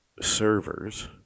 servers